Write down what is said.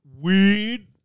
Weed